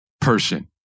person